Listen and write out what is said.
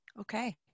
okay